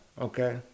okay